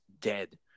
dead